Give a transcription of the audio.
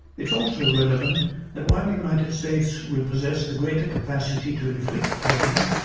it is also relevant that while the united states will possess the greater capacity to inflict pain,